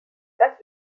das